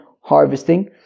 harvesting